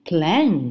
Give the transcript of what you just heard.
Plan